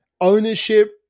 ownership